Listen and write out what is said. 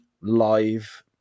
live